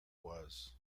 was